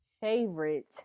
favorite